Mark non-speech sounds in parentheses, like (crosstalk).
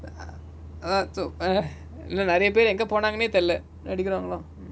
(noise) ah so ah இல்ல நெரயபேர் எங்க போனாங்கனே தெரில நடிகுராங்க:illa nerayaper enga ponangane therila nadikuraanga lah